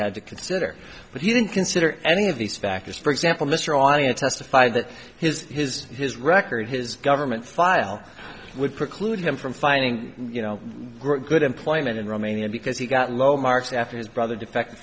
had to consider but he didn't consider any of these factors for example mr on you testified that his his his record his government file would preclude him from finding you know good employment in romania because he got low marks after his brother defected